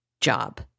job